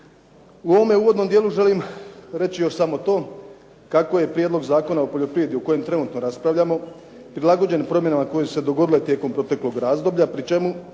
U ovome uvodnom dijelu želim reći još samo to kako je prijedlog Zakona o poljoprivredi o kojem trenutno raspravljamo prilagođen promjenama koje su se dogodile tijekom proteklog razdoblja pri čemu